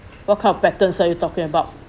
what kind of patterns are you talking about